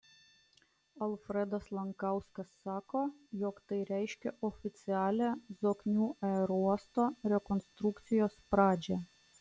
alfredas lankauskas sako jog tai reiškia oficialią zoknių aerouosto rekonstrukcijos pradžią